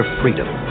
freedom